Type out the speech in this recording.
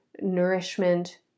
nourishment